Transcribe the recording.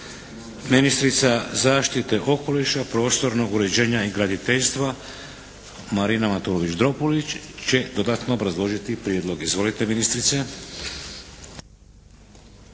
Ministrica zaštite okoliša, prostornog uređenja i graditeljstva Marina Matulović Dropulić će dodatno obrazložiti prijedlog. Izvolite ministrice!